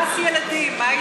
אנס ילדים, מה איתו?